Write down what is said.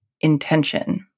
intention